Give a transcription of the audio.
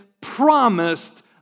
promised